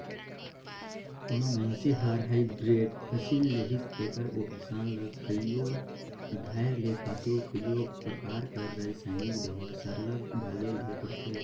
कोनो मइनसे हर हाईब्रिड फसिल लेहिस तेकर ओ किसान ल कइयो धाएर ले खातू कइयो परकार कर रसइनिक दावा सरलग डाले ले परथे